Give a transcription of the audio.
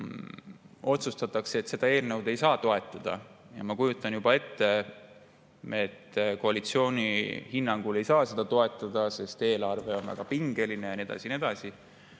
otsustatakse, et seda eelnõu ei saa toetada, ja ma kujutan juba ette, et koalitsiooni hinnangul ei saa seda toetada, sest eelarve on väga pingeline ja nii edasi